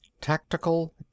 Tactical